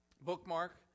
bookmark